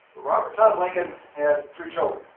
robert todd lincoln had three children